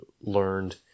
learned